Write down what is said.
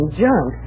junk